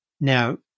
Now